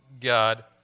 God